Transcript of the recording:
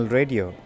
Radio